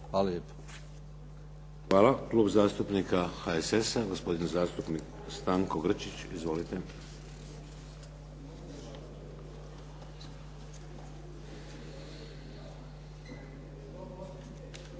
(HDZ)** Hvala. Klub zastupnika HSS-a, gospodin zastupnik Stanko Grčić. Izvolite.